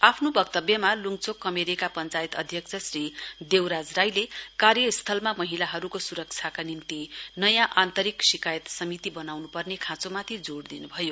आफ्नो वक्तव्यमा लुङचोक कमेरेका पश्चायत अध्यक्ष श्री देवराज राईले कार्यस्थलमा महिलाहरूको सुरक्षाका निम्ति नयाँ आन्तरिक शिकायत समिति बनाउनु पर्ने खाँचोमाथि जोड़ दिनु भयो